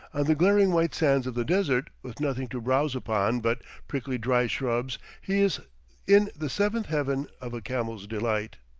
on the glaring white sands of the desert with nothing to browse upon but prickly dry shrubs he is in the seventh heaven of a camel's delight.